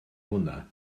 hwnna